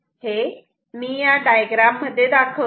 हे मी या डायग्राम मध्ये दाखवतो